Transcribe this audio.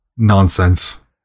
nonsense